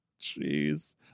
jeez